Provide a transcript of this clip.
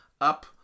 up